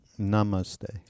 Namaste